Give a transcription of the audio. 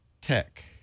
tech